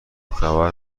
خبر